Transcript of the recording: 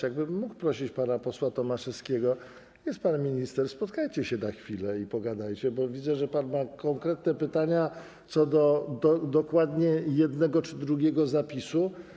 Jakbym mógł prosić pana posła Tomaszewskiego, jest pan minister, spotkajcie się na chwilę i pogadajcie, bo widzę, że pan ma konkretne pytania co do dokładnie jednego czy drugiego zapisu.